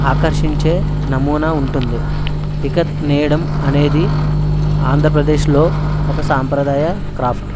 ఆకర్షించే నమూనా ఉంటుంది ఇక్కత్ నేయడం అనేది ఆంధ్రప్రదేశ్లో ఒక సాంప్రదాయ క్రాఫ్ట్